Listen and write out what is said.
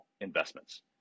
investments